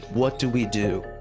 what do we do?